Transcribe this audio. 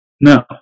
No